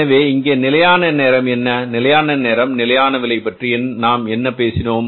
எனவே இங்கே நிலையான நேரம் என்ன நிலையான நேரம் நிலையான விலை பற்றி நாம் என்ன பேசினோம்